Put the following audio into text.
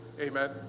Amen